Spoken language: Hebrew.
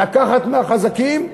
לקחת מהחזקים,